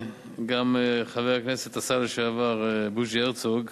חבר הכנסת השר לשעבר בוז'י הרצוג,